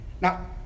Now